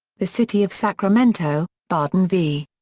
the city of sacramento barden v.